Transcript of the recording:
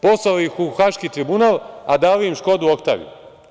Poslali ih u Haški tribunal, a dali im Škodu oktaviju.